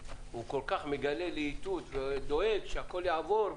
הוא כל כך מגלה להיטות ודואג שהכול יעבור,